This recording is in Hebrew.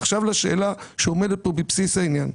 עכשיו לשאלה שעומדת פה בבסיס העניין.